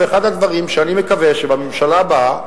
ואחד הדברים שאני מקווה שבממשלה הבאה,